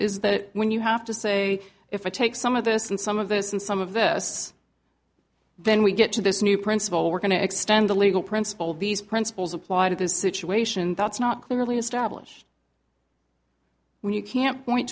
is that when you have to say if i take some of this and some of this and some of this then we get to this new principle we're going to extend the legal principle of these principles apply to this situation that's not clearly established when you can point